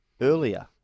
earlier